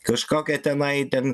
kažkokia tenai ten